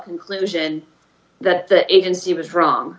conclusion that the agency was wrong